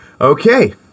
Okay